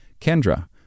Kendra